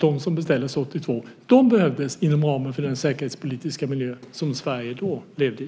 De som beställdes 1982 behövdes inom ramen för den säkerhetspolitiska miljö som Sverige då levde i.